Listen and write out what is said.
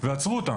ועצרו אותה.